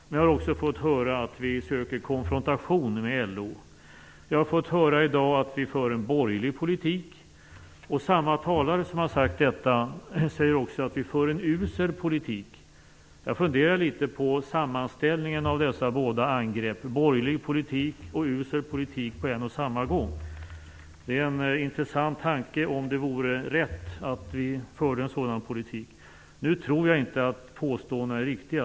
Vi har också fått höra att vi söker konfrontation med LO. Vi har i dag fått höra att vi för en borgerlig politik. Samma talare som sade det, sade också att vi för en usel politik. Jag funderade litet på sammanställningen av dessa båda angrepp - borgerlig politik och usel politik på en och samma gång. Det är en intressant tanke om det vore rätt att vi för en sådan politik. Nu tror jag inte att påståendena är riktiga.